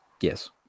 Yes